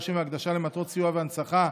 ליורשים והקדשה למטרות סיוע והנצחה)